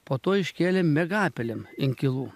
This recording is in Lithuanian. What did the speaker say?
po to iškėlėm miegapelėm inkilų